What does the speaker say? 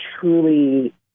truly